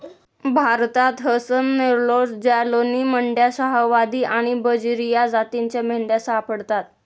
भारतात हसन, नेल्लोर, जालौनी, मंड्या, शाहवादी आणि बजीरी या जातींच्या मेंढ्या सापडतात